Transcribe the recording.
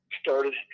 started